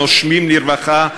"נושמים לרווחה",